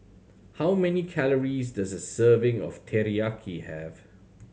how many calories does a serving of Teriyaki have